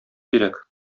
кирәк